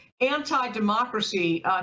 anti-democracy